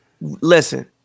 Listen